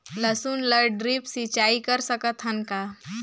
लसुन ल ड्रिप सिंचाई कर सकत हन का?